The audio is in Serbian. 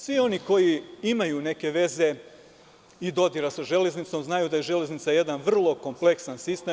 Svi oni koji imaju neke veze i dodira sa železnicom znaju da je železnica jedan vrlo kompleksan sistem.